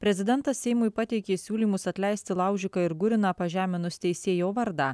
prezidentas seimui pateikė siūlymus atleisti laužiką ir guriną pažeminus teisėjo vardą